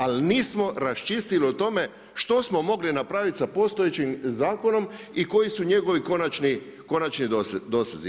Ali nismo raščistili o tome što smo mogli napraviti sa postojećim zakonom i koji su njegovi konačni dosezi.